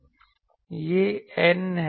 यह N है